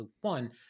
one